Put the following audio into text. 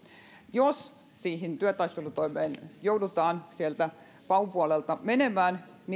jos siihen työtaistelutoimeen joudutaan paun puolelta menemään